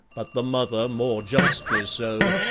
but the mother more justly so,